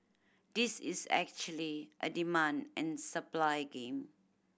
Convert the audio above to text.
this is actually a demand and supply game